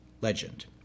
legend